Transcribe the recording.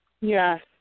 Yes